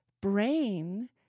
brain